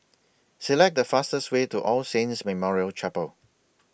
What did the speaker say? Select The fastest Way to All Saints Memorial Chapel